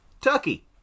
Turkey